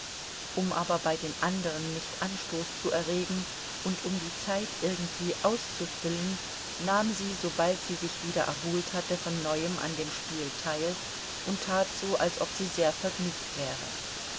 um aber bei den andern nicht anstoß zu erregen und um die zeit irgendwie auszufüllen nahm sie sobald sie sich wieder erholt hatte von neuem an dem spiel teil und tat so als ob sie sehr vergnügt wäre